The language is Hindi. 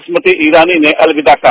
स्मृति ईरानी ने अलविदा कहा